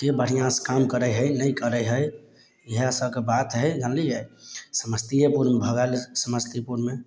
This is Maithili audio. के बढ़िआँसँ काम करय हइ नहि करय हइ इएहे सबके बात हइ जनलियै समसतीयेपुरमे भऽ गेल समस्तीपुरमे